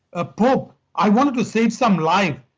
ah pope, i want to save some lives,